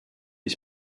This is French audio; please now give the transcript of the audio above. les